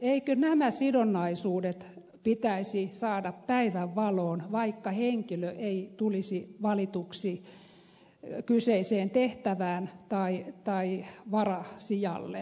eikö nämä sidonnaisuudet pitäisi saada päivänvaloon vaikka henkilö ei tulisi valituksi kyseiseen tehtävään tai varasijalle